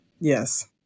Yes